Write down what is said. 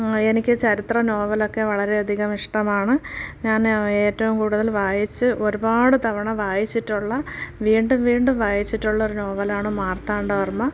എനിക്ക് ചരിത്ര നോവലൊക്കെ വളരെയധികം ഇഷ്ടമാണ് ഞാൻ ഏറ്റവും കൂടുതൽ വായിച്ച് ഒരുപാട് തവണ വായിച്ചിട്ടുള്ള വീണ്ടും വീണ്ടും വായിച്ചിട്ടുള്ള ഒരു നോവലാണ് മാർത്താണ്ഡ വർമ്മ